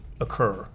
occur